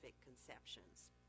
conceptions